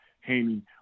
Haney